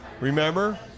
remember